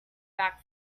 back